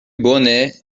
bone